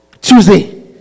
Tuesday